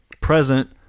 present